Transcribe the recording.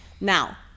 Now